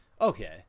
okay